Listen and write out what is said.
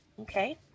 Okay